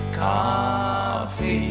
coffee